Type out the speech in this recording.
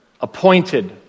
appointed